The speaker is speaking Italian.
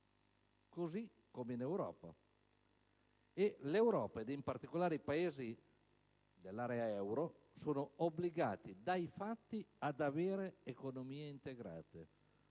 Allo stesso modo, l'Europa e, in particolare, i Paesi dell'area euro sono obbligate dai fatti ad avere economie integrate.